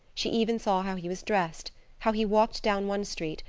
she even saw how he was dressed how he walked down one street,